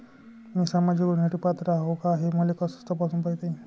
मी सामाजिक योजनेसाठी पात्र आहो का, हे मले कस तपासून पायता येईन?